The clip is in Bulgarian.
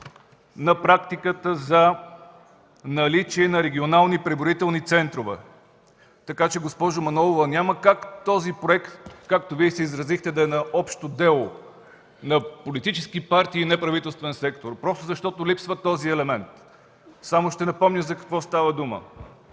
на практиката за наличие на регионални преброителни центрове. Така че, госпожо Манолова, няма как този проект, както Вие се изразихте, да е общо дело на политически партии и на неправителствения сектор, просто защото липсва този елемент. Само ще напомня за какво става дума.